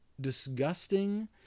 disgusting